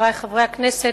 חברי חברי הכנסת,